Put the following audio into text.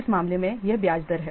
इस मामले में यह ब्याज दर है